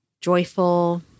joyful